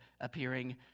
appearing